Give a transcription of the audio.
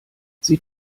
sie